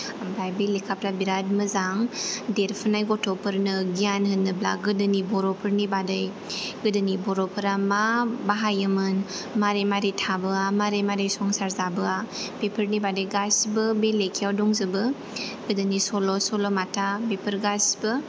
ओमफ्राय बे लेखाफोरा बेराद मोजां देरफुनाय गथ'फोरनो गियान होनोबा गोदोनि बर'फोरनि बागै गोदोनि बर'फोरा मा बाहायोमोन मारै मारै थाबोआ मारै मारै संसार जाबोआ बेफोरनि बागै गासिबो बे लेखायाव दंजोबो गोदोनि सल' सल'बाथा बेफोर गासिबो